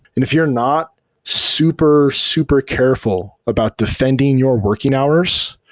and if you're not super, super careful about defending your working hours,